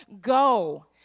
go